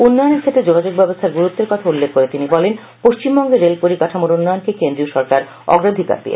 উল্লয়নের ফ্ষেত্রে যোগাযোগ ব্যবস্থার গুরুত্বের কথা উল্লেখ করে তিনি বলেন পশ্চিমবঙ্গের রেল পরিকাঠামোর উন্নয়নকে কেন্দ্রীয় সরকার অগ্রাধিকার দিয়েছে